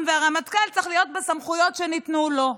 והרמטכ"ל צריך להיות בסמכויות שניתנו לו,